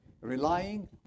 Relying